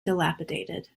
dilapidated